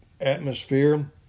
atmosphere